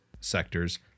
sectors